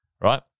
right